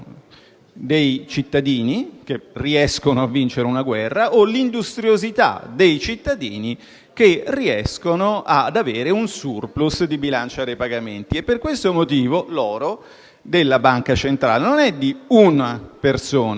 dei cittadini, che riescono a vincere una guerra, o l'industriosità dei cittadini, che riescono ad avere un *surplus* di bilancia dei pagamenti. Per questo motivo l'oro della banca centrale non è di una persona,